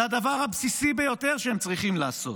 זה הדבר הבסיסי ביותר שהם צריכים לעשות.